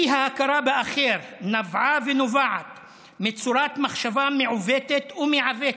האי-הכרה באחר נבעה ונובעת מצורת מחשבה מעֻוותת ומעוותת,